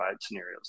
scenarios